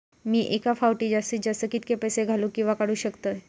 मी एका फाउटी जास्तीत जास्त कितके पैसे घालूक किवा काडूक शकतय?